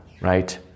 Right